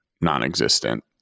non-existent